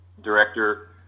director